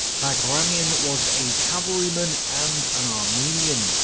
bagramian was a cavalryman, and an armenian.